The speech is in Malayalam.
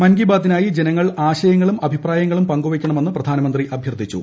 മൻ കി ബാത്തിനായി ജനങ്ങൾ ആശയങ്ങളും അഭിപ്രായങ്ങളും പങ്കു വയ്ക്കണമെന്ന് പ്രധാനമന്ത്രി അഭ്യർത്ഥിച്ചു